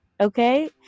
okay